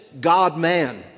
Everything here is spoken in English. God-man